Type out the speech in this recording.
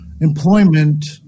employment